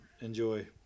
enjoy